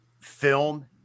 film